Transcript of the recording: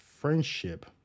friendship